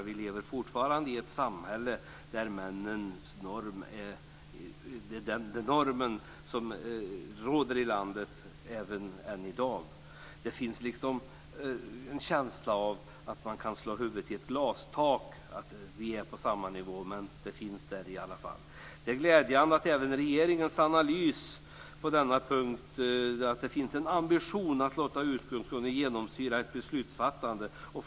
Vi lever i ett samhälle där männen är den norm som råder i landet än i dag. Det finns en känsla av att man kan slå huvudet i ett glastak. Vi är på samma nivå men det finns där i alla fall. Det är glädjande med regeringens analys på denna punkt och att det finns en ambition att låta den utgångspunkten genomsyra beslutsfattandet.